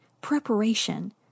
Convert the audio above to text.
preparation